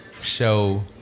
show